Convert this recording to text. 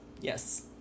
Yes